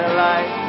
life